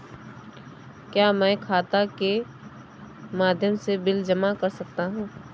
क्या मैं खाता के माध्यम से बिल जमा कर सकता हूँ?